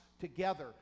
together